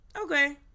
okay